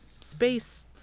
space